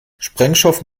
sprengstoff